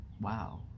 Wow